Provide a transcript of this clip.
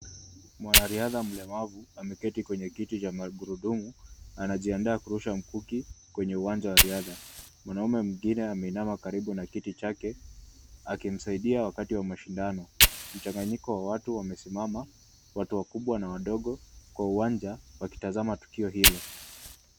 Mwanariadha mlemavu ameketi kwenye kiti cha magurudumu. Anajiandaa kurusha mkuki kwenye uwanja wa riadha. Mwanaume mwingine ameinama karibu na kiti chake akimsaidia wakati wa mashindano. Mchanganyiko wa watu wamesimama, watu wakubwa kwa wadogo kwa uwanja wakitazama tukio hilo.